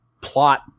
plot